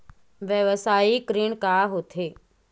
व्यवसायिक ऋण का होथे?